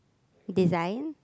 design